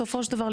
בסופו של דבר,